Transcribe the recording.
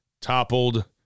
toppled